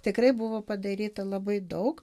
tikrai buvo padaryta labai daug